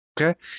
Okay